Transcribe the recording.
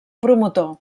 promotor